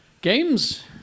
Games